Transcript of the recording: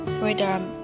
freedom